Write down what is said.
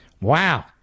Wow